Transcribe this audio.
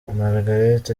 margaret